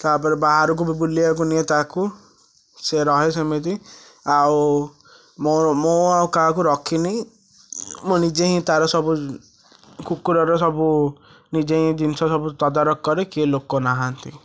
ତାପରେ ବାହାରକୁ ବି ବୁଲିବାକୁ ନିଏ ତାକୁ ସେ ରହେ ସେମିତି ଆଉ ମୁଁ ମୁଁ ଆଉ କାହାକୁ ରଖିନି ମୁଁ ନିଜେ ହିଁ ତାର ସବୁ କୁକୁରର ସବୁ ନିଜେ ଜିନିଷ ସବୁ ତଦାରଖ କରେ କିଏ ଲୋକ ନାହାଁନ୍ତି